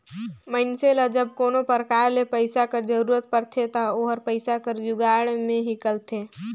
मइनसे ल जब कोनो परकार ले पइसा कर जरूरत परथे ता ओहर पइसा कर जुगाड़ में हिंकलथे